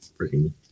freaking